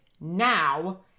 now